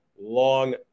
long